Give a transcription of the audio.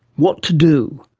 what to do?